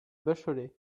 bachelay